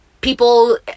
people